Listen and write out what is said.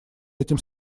этим